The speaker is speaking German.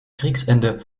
kriegsende